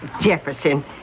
Jefferson